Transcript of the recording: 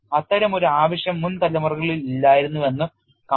അത്തരമൊരു ആവശ്യം മുൻ തലമുറകളിൽ ഇല്ലായിരുന്നുവെന്ന് കാണുക